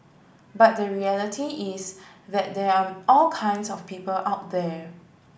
but the reality is that there are all kinds of people out there